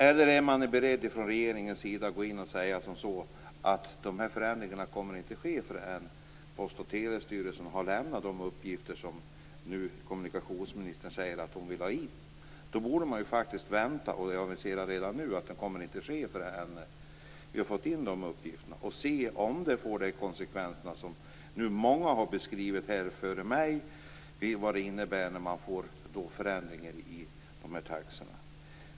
Eller är man i regeringen beredd att säga att förändringarna inte kommer att ske förrän Post och telestyrelsen har lämnat de uppgifter som kommunikationsministern nu säger att hon vill ha in? I så fall borde man vänta. Man borde avisera redan nu att det inte kommer att ske några taxeändringar förrän uppgifterna har kommit in och man har sett om ändringarna får de konsekvenser som många före mig har beskrivit.